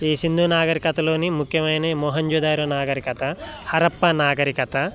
ఈ సింధు నాగరికతలోని ముఖ్యమైన మొహెంజోదారో నాగరికత హరప్పా నాగరికత